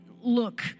look